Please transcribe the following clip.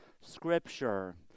Scripture